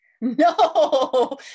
no